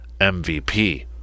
MVP